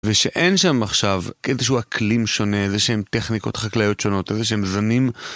ושאין שם עכשיו איזשהו אקלים שונה, איזה שהם טכניקות חקלאיות שונות, איזה שהם זנים...